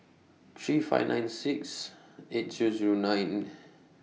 three five nine six eight two Zero nine